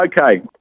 okay